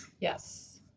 Yes